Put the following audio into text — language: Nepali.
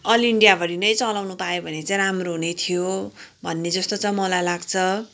अल इन्डिया भरि नै चलाउनु पाए भने चाहिँ राम्रो हुने थियो भन्ने जस्तो चाहिँ मलाइ लाग्छ